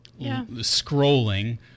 scrolling